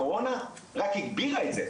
הקורונה רק הגבירה את זה,